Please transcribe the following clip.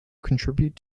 contribute